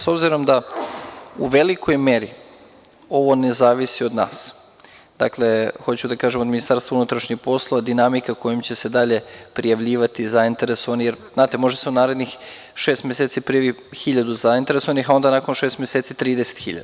S obzirom da u velikoj meri ovo ne zavisi od nas, hoću da kažem od Ministarstva unutrašnjih poslova, dinamika kojom će se dalje prijavljivati zainteresovani, jer možda se u narednih šest meseci prijavi hiljadu zainteresovanih, a onda nakon šest meseci 30.000.